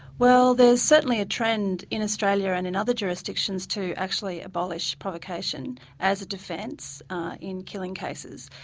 well there's certainly a trend in australia and in other jurisdictions to actually abolish provocation as a defence in killing cases.